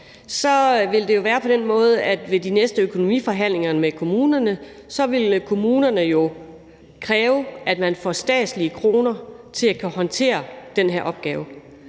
vil det jo være på den måde, at kommunerne ved de næste økonomiforhandlinger vil kræve, at man får statslige kroner til at kunne håndtere den her opgave.